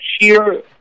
sheer